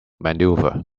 maneuver